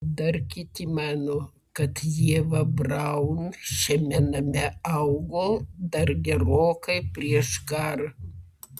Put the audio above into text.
dar kiti mano kad ieva braun šiame name augo dar gerokai prieš karą